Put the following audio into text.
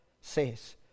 says